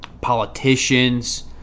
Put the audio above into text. politicians